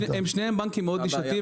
שניהם בנקים מאוד נישתיים,